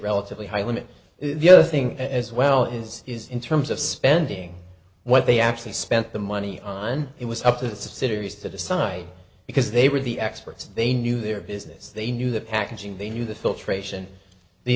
relatively high limit the other thing as well is is in terms of spending what they actually spent the money on it was up to the subsidiaries to decide because they were the experts they knew their business they knew the packaging they knew the filtration the